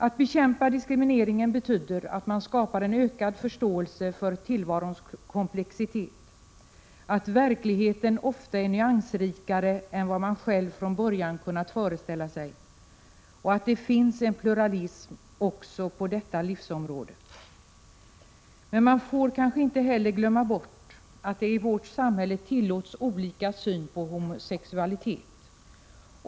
Att bekämpa diskrimineringen betyder att man skapar en ökad förståelse för tillvarons komplexitet, att verkligheten ofta är nyansrikare än vad man själv från början kunnat föreställa sig och att det finns en pluralism också på detta livsområde. Man får kanske inte heller glömma bort att det i vårt samhälle tillåts olika syn på homosexualitet.